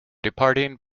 departing